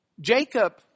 Jacob